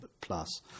plus